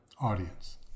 audience